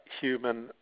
human